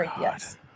Yes